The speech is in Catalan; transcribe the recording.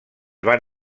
van